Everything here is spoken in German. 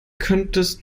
könntest